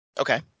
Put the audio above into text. Okay